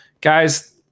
Guys